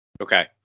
Okay